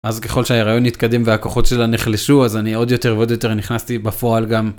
אז ככל שההיריון התקדם והכוחות שלה נחלישו אז אני עוד יותר ועוד יותר נכנסתי בפועל גם.